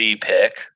pick